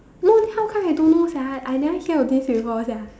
no then how come I don't know sia I never hear of this before sia